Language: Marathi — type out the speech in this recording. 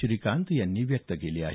श्रीकांत यांनी व्यक्त केली आहे